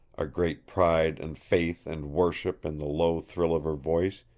a great pride and faith and worship in the low thrill of her voice.